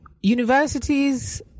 universities